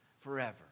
forever